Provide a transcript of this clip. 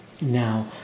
now